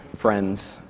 friends